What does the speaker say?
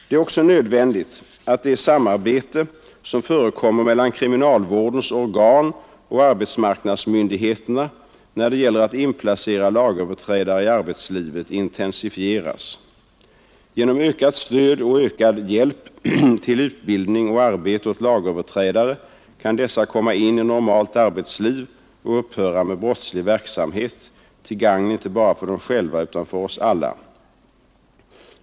Det är också nödvändigt att det samarbete som förekommer mellan kriminalvårdens organ och arbetsmarknadsmyndigheterna när det gäller att inplacera lagöverträdare i arbetslivet intensifieras. Genom ökat stöd och ökad hjälp till utbildning och arbete åt lagöverträdare kan dessa komma in i normalt arbetsliv och upphöra med brottslig verksamhet till gagn inte bara för dem själva utan för oss alla.